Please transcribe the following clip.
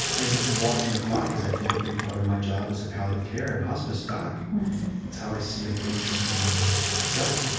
and watching the clock is, i think, a big part of my job as a palliative care and hospice doc. that's how i see a big chunk of my job